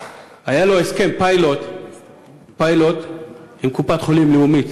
היה לו הסכם פיילוט עם קופת-חולים לאומית